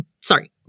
sorry